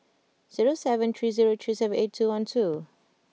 zero seven three zero three seven eight two one two